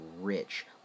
rich